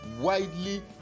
widely